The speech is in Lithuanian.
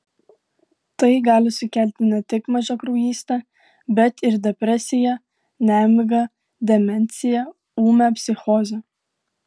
tai gali sukelti ne tik mažakraujystę bet ir depresiją nemigą demenciją ūmią psichozę